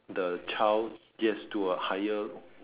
the child yes to a higher